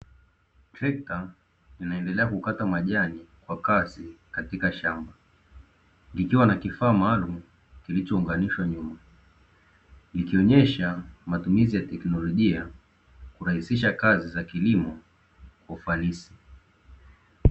Trekta linaendelea kukata majani kwa kasi katika shamba. Likiwa na kifaa maalum kilichounganishwa nyuma. Ikionyesha matumizi ya teknolojia kurahisisha kazi za kilimo ufanisi.